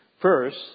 First